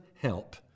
help